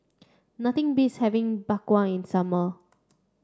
nothing beats having Bak Kwa in summer